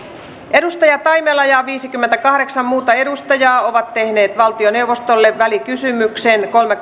edustaja taimela ja viisikymmentäkahdeksan muuta edustajaa ovat tehneet valtioneuvostolle välikysymyksen kolme